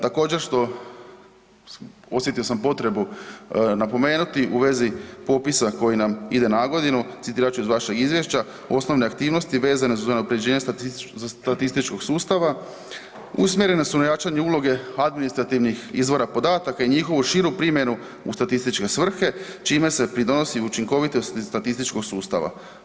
Također, što osjetio sam potrebu napomenuti u vezi popisa koji nam ide nagodinu, citirat ću iz vašeg izvješća, osnovne aktivnosti vezane za unaprjeđenje .../nerazumljivo/... statističkog sustava, usmjerena su na jačanje uloge administrativnih izvora podataka i njihovu širu primjenu u statističke svrhe, čime se pridonosi učinkovitosti statističkog sustava.